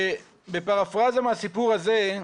בפרפראזה מהסיפור הזה,